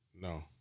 No